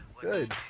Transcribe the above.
Good